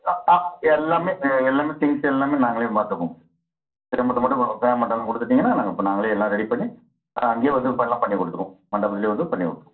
ஆ ஆ எல்லாமே எல்லாமே திங்க்ஸ் எல்லாமே நாங்களே பார்த்துப்போம் பேமெண்ட்டு மட்டும் பேமெண்ட் எல்லாம் கொடுத்துட்டீங்கன்னா நாங்கள் ப நாங்களே எல்லாம் ரெடி பண்ணி அங்கேயே வந்து ப எல்லாம் பண்ணிக் கொடுத்துடுவோம் மண்டபத்துலேயே வந்து பண்ணிக் கொடுத்துருவோம்